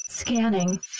Scanning